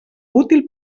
útil